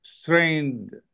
strained